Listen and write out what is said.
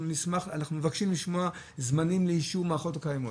אנחנו מבקשים לשמוע זמנים לאישור המערכות הקיימות.